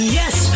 yes